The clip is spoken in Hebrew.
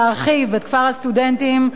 להרחיב את כפר הסטודנטים,